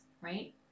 right